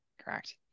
correct